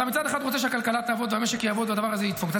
אתה מצד אחד רוצה שהכלכלה תעבוד והמשק יעבוד ושהדבר הזה ידפוק,